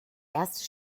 erste